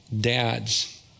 dads